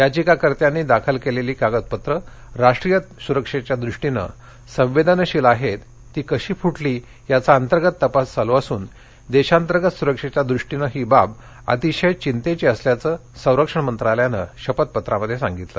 याचिकाकर्त्यांनी दाखल कलिसी कागदपत्रं राष्ट्रीय सुरक्षच्या द्रष्टिनं संवच्याशील आहप्रा ती कशी फुटली याचा अंतर्गत तपास चालू असून दर्यातर्तात सुरक्षच्या द्रष्टिनं ही बाब अतिशय चिंतर्षी असल्याच सरक्षण मंत्रालयान शपथपत्रामध्य ज्ञांगितलं